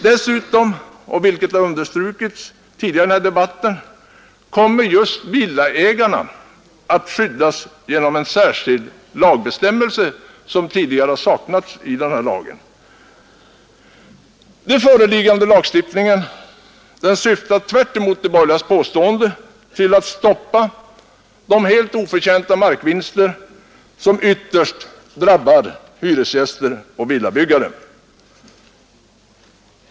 Dessutom kommer — vilket har understrukits tidigare i debatten — just villaägarna att skyddas genom en särskild bestämmelse som tidigare saknats i denna lagstiftning. De föreliggande lagförslagen syftar, tvärtemot de borgerligas påståenden, till att stoppa de helt oförtjänta markvinster som ytterst drabbar hyresgäster och villabyggare.